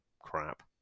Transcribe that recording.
crap